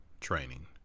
training